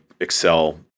Excel